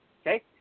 Okay